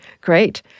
great